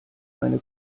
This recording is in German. eine